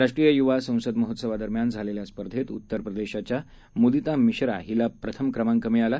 राष्ट्रीय युवा संसद महोत्सवादरम्यान झालेल्या स्पर्धेत उत्तर प्रदेशच्या मुदिता मिश्रा हिला प्रथम क्रमांक मिळाला